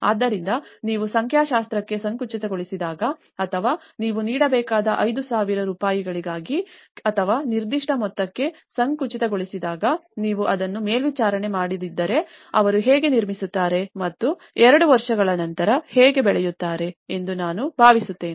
ಆದ್ದರಿಂದ ನೀವು ಸಂಖ್ಯಾಶಾಸ್ತ್ರಕ್ಕೆ ಸಂಕುಚಿತಗೊಳಿಸಿದಾಗ ಅಥವಾ ನೀವು ನೀಡಬೇಕಾದ 5000 ರೂಪಾಯಿಗಳಿಗೆ ಅಥವಾ ನಿರ್ದಿಷ್ಟ ಮೊತ್ತಕ್ಕೆ ಸಂಕುಚಿತಗೊಳಿಸಿದಾಗ ನೀವು ಅದನ್ನು ಮೇಲ್ವಿಚಾರಣೆ ಮಾಡದಿದ್ದರೆ ಅವರು ಹೇಗೆ ನಿರ್ಮಿಸುತ್ತಾರೆ ಮತ್ತು ಎರಡು ವರ್ಷಗಳ ನಂತರ ಹೇಗೆ ಬೆಳೆಯುತ್ತಾರೆ ಎಂದು ನಾನು ಭಾವಿಸುತ್ತೇನೆ